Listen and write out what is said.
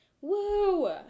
Woo